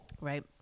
right